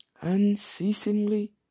Unceasingly